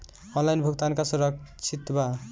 Online भुगतान का सुरक्षित बा?